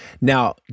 Now